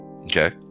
Okay